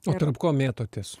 o tarp ko mėtotės